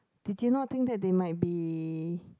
did you not think they might be